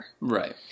right